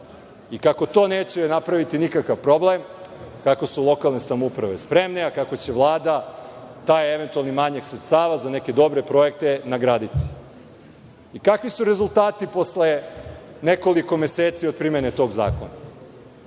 i kako to neće napraviti nikakav problem, kako su lokalne samouprave spremne, a kako će Vlada taj eventualni manjak sredstava za neke dobre projekte nagraditi. Kakvi su rezultati posle nekoliko meseci od primene tog Zakona?